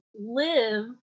live